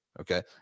Okay